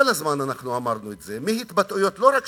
כל הזמן אמרנו את זה, לא רק מהתבטאויות של קרי,